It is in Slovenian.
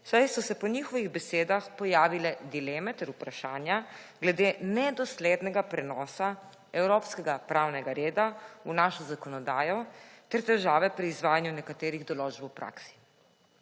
saj so se po njihovih besedah pojavile dileme ter vprašanja glede nedoslednega prenosa evropskega pravnega reda v našo zakonodajo ter težave pri izvajanju nekaterih določb v praksi.